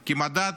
כי מדד